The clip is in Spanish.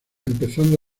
empezando